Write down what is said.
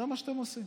זה מה שאתם עושים